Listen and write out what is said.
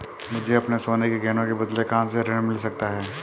मुझे अपने सोने के गहनों के बदले कहां से ऋण मिल सकता है?